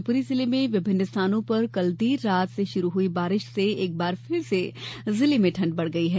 शिवपुरी जिले में विभिन्न स्थानों पर कल देर रात से शुरू हुई बारिश से एक बार फिर से जिले में ठंड बढ़ गई है